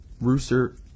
Rooster